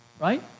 Right